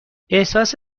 احساس